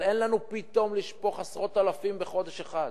אבל אין לנו עשרות אלפים פתאום לשפוך בחודש אחד,